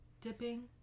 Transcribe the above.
dipping